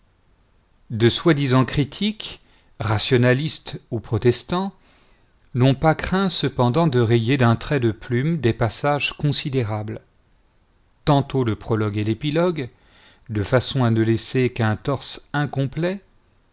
de soi-disant critiques rationalistes ou protestants n'ont pas craint cependant de rayer d'un trait de plume des passages considérables tantôt le prologue et l'épilogue de façon à ne laisser qu'un torse incomplet